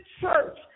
church